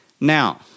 Now